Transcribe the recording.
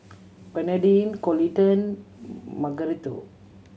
Bernardine Coleton Margarito